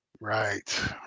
Right